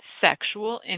sexual